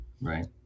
Right